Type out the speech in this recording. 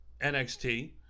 NXT